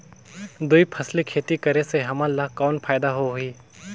दुई फसली खेती करे से हमन ला कौन फायदा होही?